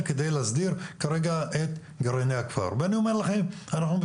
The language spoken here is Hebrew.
היום ט"ז